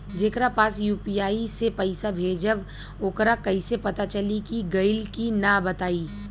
जेकरा पास यू.पी.आई से पईसा भेजब वोकरा कईसे पता चली कि गइल की ना बताई?